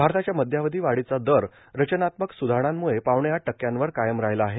भारताच्या मध्यावधी वाढीचा दर रचनात्मक सुधारणांमुळे पावणेआठ टक्क्यावर कायम राहिला आहे